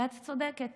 ואת צודקת